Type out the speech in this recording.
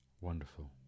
Wonderful